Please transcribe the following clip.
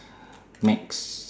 max